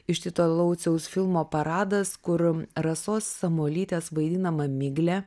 iš tito lauciaus filmo paradas kur rasos samuolytės vaidinama miglė